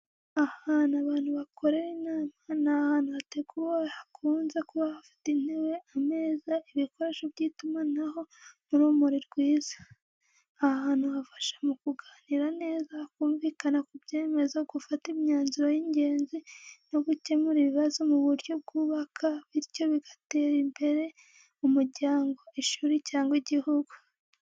Ahantu abantu bakorera inama ni ahantu hateguwe hakunze kuba hafite intebe, ameza, ibikoresho by’itumanaho n’urumuri rwiza. Aha hantu hafasha mu kuganira neza, kumvikana ku byemezo, gufata imyanzuro y’ingenzi no gukemura ibibazo mu buryo bwubaka, bityo bigatera imbere umuryango, ishuri cyangwa igihugu.